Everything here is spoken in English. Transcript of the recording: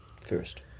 first